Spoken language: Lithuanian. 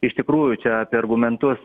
iš tikrųjų čia apie argumentus